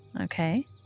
Okay